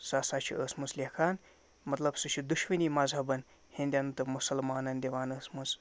سُہ ہسا چھِ ٲسمٕژ لٮ۪کھان مطلب سُہ چھِ دُشوٕنی مزہبَن ہیٚندٮ۪ن تہٕ مُسَلمانَن دِوان ٲسمٕژ